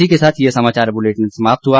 इसी के साथ ये समाचार बुलेटिन समाप्त हुआ